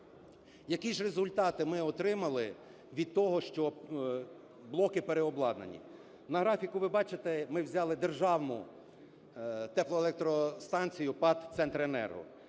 Які ж результати ми отримали від того, що блоки переобладнані? На графіку ви бачите, ми взяли державну теплоелектростанцію ПАТ "Центренерго".